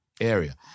area